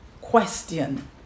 question